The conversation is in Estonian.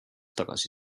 tagasi